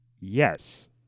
Yes